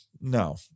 No